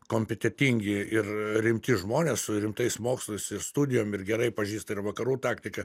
kompetentingi ir rimti žmonės su rimtais mokslais ir studijom ir gerai pažįsta ir vakarų taktiką